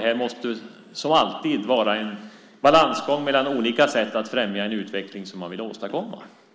det här som alltid vara fråga om en balansgång mellan olika sätt att främja en utveckling som man vill åstadkomma.